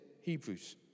Hebrews